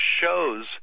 shows